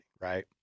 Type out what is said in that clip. right